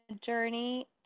journey